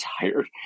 tired